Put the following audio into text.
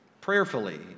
prayerfully